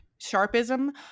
sharpism